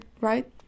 right